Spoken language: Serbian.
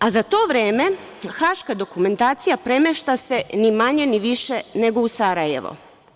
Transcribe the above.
A za to vreme haška dokumentacija premešta se, ni manje ni više, nego u Sarajevo.